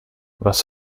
was